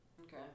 okay